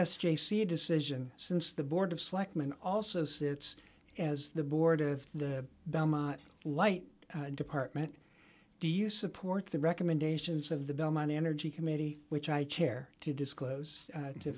s j c decision since the board of selectmen also sits as the board of the light department do you support the recommendations of the belmont energy committee which i chair to disclose to